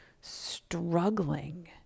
Struggling